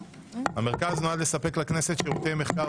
המרכז נועד לספק לכנסת שירותי מחקר